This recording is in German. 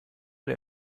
der